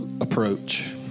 approach